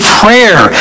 prayer